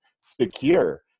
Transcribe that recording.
secure